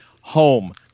home